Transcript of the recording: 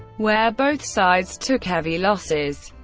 where both sides took heavy losses.